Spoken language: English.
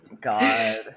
god